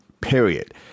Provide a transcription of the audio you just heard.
period